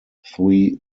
three